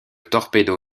torpedo